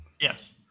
Yes